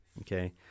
okay